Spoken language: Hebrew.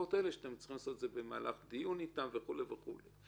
התוספות האלה שאתם צריכים לעשות את זה במהלך דיון איתם וכו' וכו'.